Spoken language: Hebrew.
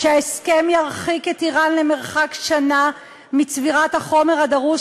שההסכם ירחיק את איראן למרחק שנה מצבירת החומר הדרוש